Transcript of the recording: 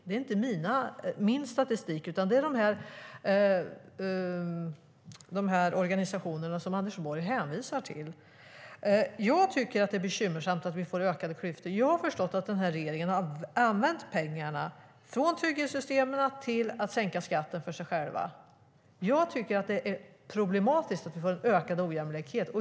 Det är inte min statistik, utan det är de organisationer som Anders Borg hänvisar till. Jag tycker att det är bekymmersamt att vi får ökade klyftor. Jag har förstått att den här regeringen har använt pengarna från trygghetssystemen till att sänka skatten för sig själva. Jag tycker att det är problematiskt att vi får ökad ojämlikhet.